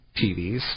TVs